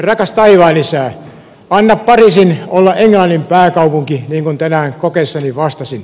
rakas taivaan isä anna pariisin olla englannin pääkaupunki niin kuin tänään kokeessani vastasin